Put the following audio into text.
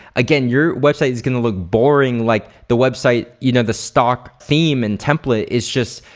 again your website is gonna look boring. like the website, you know the stock theme and template is just,